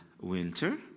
winter